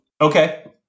Okay